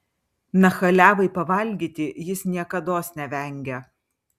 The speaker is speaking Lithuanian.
nachaliavai pavalgyti jis niekados nevengia